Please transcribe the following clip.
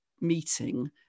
meeting